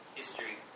history